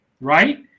right